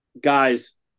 guys